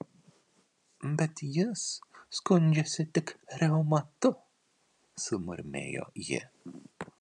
bet jis skundžiasi tik reumatu sumurmėjo ji